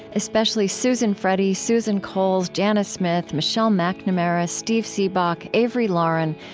especially susan freddie, susan coles, janna smith, michelle macnamara, steve seabock, avery laurin,